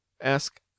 ask